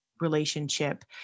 relationship